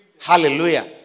Hallelujah